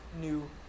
new